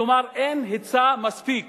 כלומר, אין היצע מספיק